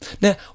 Now